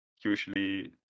usually